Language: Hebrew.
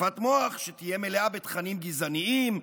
שטיפת מוח שתהיה מלאה בתכנים גזעניים,